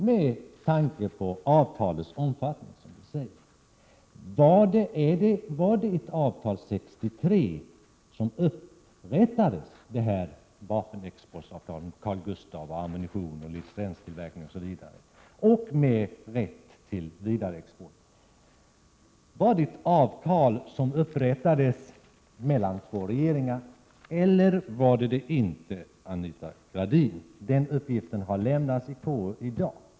Var det avtal som upprättades 1963 om export av Carl-Gustaf, ammunition, licenstillverkning osv. och med rätt till vidareexport ett avtal som upprättades mellan två regeringar, eller var det det inte, Anita Gradin? Den uppgiften har lämnats i KU i dag.